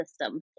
system